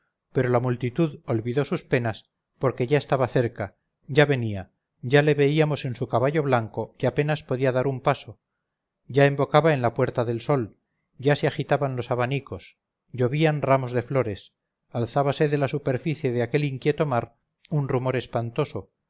pero la multitud olvidó sus penas porque ya estaba cerca ya venía ya le veíamos en su caballo blanco que apenas podía dar un paso ya embocaba en la puerta del sol ya se agitaban los abanicos llovían ramos de flores alzábase de la superficie de aquel inquieto mar un rumor espantoso